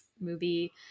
movie